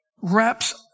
wraps